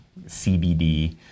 CBD